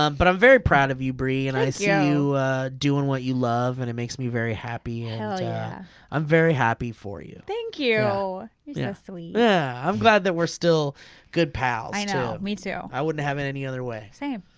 um but i'm very proud of you bree, and i see you doing what you love, and it makes me very happy and yeah i'm very happy for you. thank you yeah so you yeah i'm glad that we're still good pals. i know, me too. i wouldn't have it any other way. same.